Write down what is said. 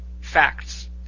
facts